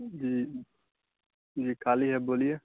جی جی کالی ہے بولیے